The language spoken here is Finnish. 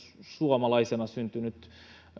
suomalaisena syntynyt